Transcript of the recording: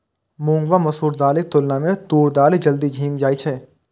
मूंग आ मसूर दालिक तुलना मे तूर दालि जल्दी सीझ जाइ छै